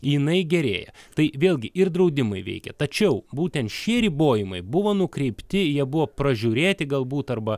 jinai gerėja tai vėlgi ir draudimai veikia tačiau būtent šie ribojimai buvo nukreipti jie buvo pražiūrėti galbūt arba